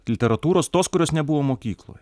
literatūros tos kurios nebuvo mokykloj